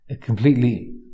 completely